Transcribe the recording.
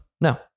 no